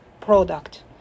product